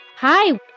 Hi